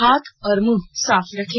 हाथ और मंह साफ रखें